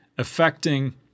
affecting